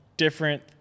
different